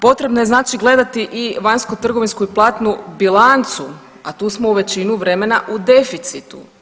Potrebno je znači gledati i vanjskotrgovinsku i platnu bilancu, a tu smo većinu vremena u deficitu.